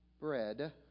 bread